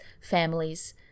families